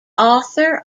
author